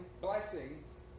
blessings